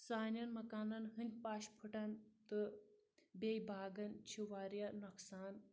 سانین مکانن ہٕنٛدۍ پَش پھٔٹان تہٕ بیٚیہِ باغن چھُ واریاہ نۄقصان